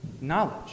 knowledge